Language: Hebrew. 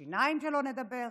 שיניים, שלא נדבר,